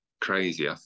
crazy